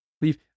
Leave